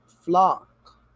flock